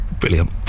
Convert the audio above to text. brilliant